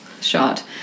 shot